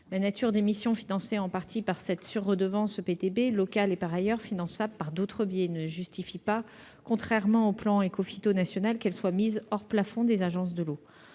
La nature des missions financées en partie par cette sur-redevance EPTB locale, et par ailleurs finançables par d'autres biais, ne justifie pas, contrairement au plan Écophyto national, qu'elle soit mise hors plafond des agences de l'eau.